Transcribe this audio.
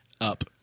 Up